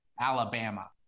Alabama